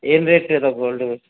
ಏನು ರೇಟ್ ಇದೆ ಗೋಲ್ಡು